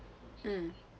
um